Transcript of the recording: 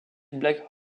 black